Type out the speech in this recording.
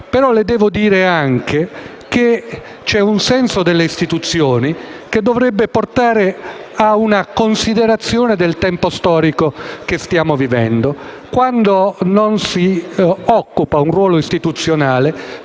Però le devo altresì dire che c'è un senso delle istituzioni che dovrebbe portare a una considerazione del tempo storico che stiamo vivendo. Quando non si occupa un ruolo istituzionale,